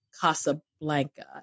Casablanca